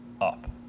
up